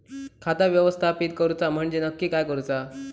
खाता व्यवस्थापित करूचा म्हणजे नक्की काय करूचा?